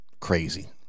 Crazy